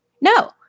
no